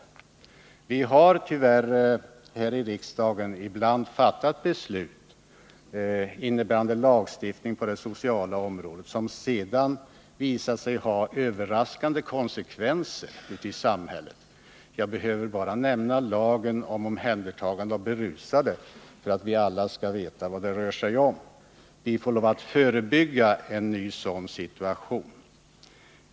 Vi har tyvärr här i riksdagen ibland fattat beslut, innebärande lagstiftning på det sociala området, som sedan visat sig ha överraskande konsekvenser ute i samhället. Jag behöver bara nämna lagen om omhändertagande av berusade, för att vi alla skall veta vad det rör sig om. Vi får lov att förebygga en ny sådan situation.